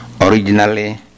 Originally